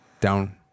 down